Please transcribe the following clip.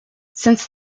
since